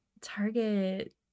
Target